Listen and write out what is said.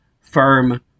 firm